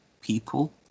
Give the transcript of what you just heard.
people